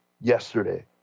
yesterday